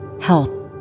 Health